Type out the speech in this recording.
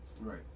Right